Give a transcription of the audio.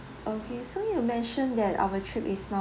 okay so you mention that our trip is not